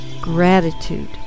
gratitude